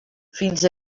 fins